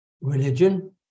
religion